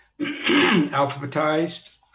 alphabetized